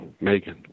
Megan